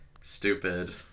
stupid